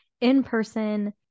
in-person